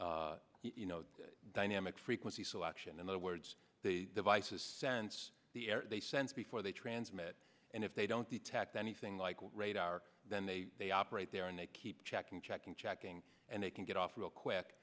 uses dynamic frequency selection and other words the devices sense the air they sense before they transmit and if they don't detect anything like radar then they operate there and they keep checking checking checking and they can get off real quick